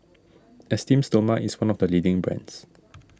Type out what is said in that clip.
Esteem Stoma is one of the leading brands